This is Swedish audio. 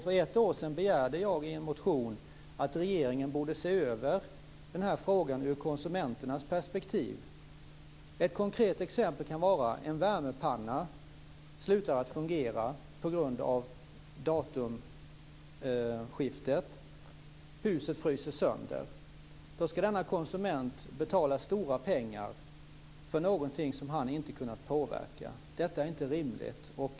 För ett år sedan begärde jag i en motion att regeringen borde se över den här frågan ur konsumenternas perspektiv. Ett konkret exempel kan vara att en värmepanna slutar att fungera på grund av millennieskiftet och att huset fryser sönder som en följd av det. Då ska denna konsument betala stora pengar för någonting som han inte har kunnat påverka. Detta är inte rimligt.